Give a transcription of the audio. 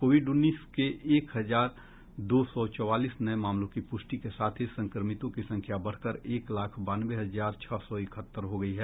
Covid उन्नीस के एक हजार दो सौ चौवालीस नये मामलों की पुष्टि के साथ ही संक्रमितों की संख्या बढ़कर एक लाख बानवे हजार छह सौ इकहत्तर हो गयी है